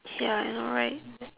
ya I know right